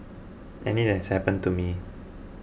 and it has happened to me